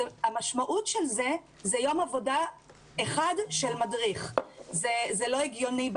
המשמעות של זה היא יום עבודה אחד של מדריך וזה לא הגיוני.